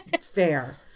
fair